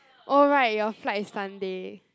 oh right your flight is Sunday